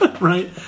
Right